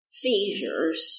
seizures